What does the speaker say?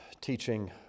teaching